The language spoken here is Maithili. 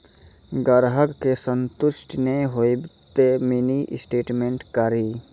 ग्राहक के संतुष्ट ने होयब ते मिनि स्टेटमेन कारी?